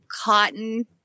cotton